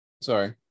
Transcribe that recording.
sorry